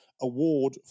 Award